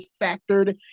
factored